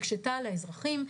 הקשה על האזרחים,